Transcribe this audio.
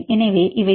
எனவே இவை பி